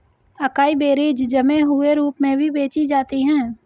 acai berries जमे हुए रूप में भी बेची जाती हैं